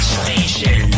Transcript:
station